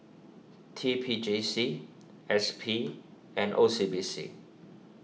T P J C S P and O C B C